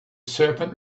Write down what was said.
serpent